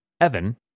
evan